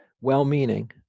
well-meaning